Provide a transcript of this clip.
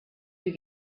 you